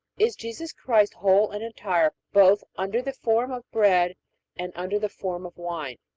is jesus christ whole and entire both under the form of bread and under the form of wine?